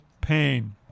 pain